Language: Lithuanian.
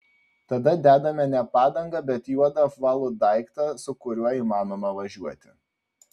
tada dedame ne padangą bet juodą apvalų daiktą su kuriuo įmanoma važiuoti